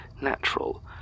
natural